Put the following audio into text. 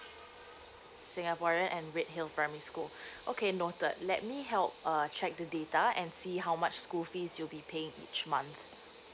singaporean and redhill primary school okay noted let me help uh check the data and see how much school fees you'll be paying each month